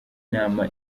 nama